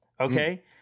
okay